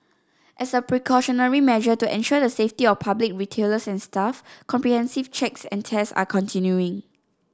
as a precautionary measure to ensure the safety of public retailers and staff comprehensive checks and tests are continuing